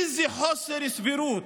איזה חוסר סבירות: